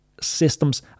systems